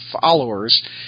followers